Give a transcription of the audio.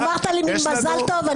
אמרת לי מזל טוב,